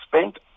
spent